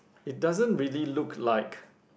it doesn't really look like